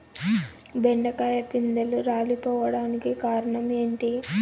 బెండకాయ పిందెలు రాలిపోవడానికి కారణం ఏంటి?